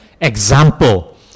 example